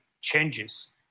changes